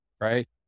right